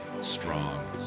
strong